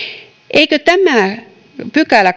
eikö tämä kolmaskymmeneskuudes pykälä